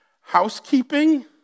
housekeeping